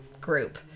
group